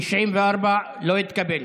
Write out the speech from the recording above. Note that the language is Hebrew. הסתייגות 94 לא התקבלה.